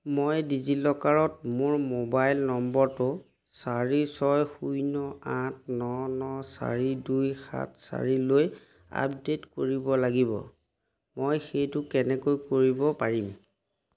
মই ডিজিলকাৰত মোৰ মোবাইল নম্বৰটো চাৰি ছয় শূন্য আঠ ন ন চাৰি দুই সাত চাৰিলৈ আপডেট কৰিব লাগিব মই সেইটো কেনেকৈ কৰিব পাৰিম